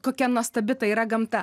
kokia nuostabi ta yra gamta